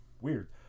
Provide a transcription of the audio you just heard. Weird